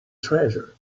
treasure